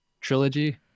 trilogy